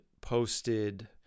posted